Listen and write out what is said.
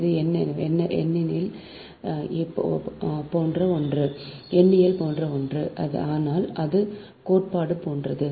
இது எண்ணியல் போன்ற ஒன்று ஆனால் இது கோட்பாடு போன்றது